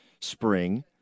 spring